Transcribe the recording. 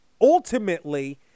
ultimately